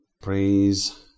praise